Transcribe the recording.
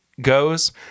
goes